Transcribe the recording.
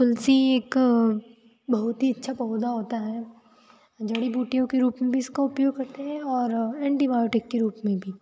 तुलसी एक बहुत ही अच्छा पौधा होता है जड़ी बूटियों के रूप में भी इसका उपयोग करते हैं और एंटीबायोटिक के रूप में भी